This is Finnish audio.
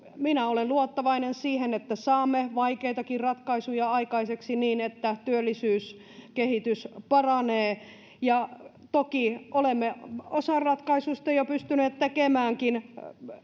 minä olen luottavainen että saamme vaikeitakin ratkaisuja aikaiseksi niin että työllisyyskehitys paranee toki olemme osan ratkaisuista jo pystyneet tekemäänkin